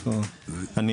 אני